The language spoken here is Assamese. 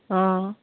অঁ